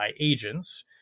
agents